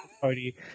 party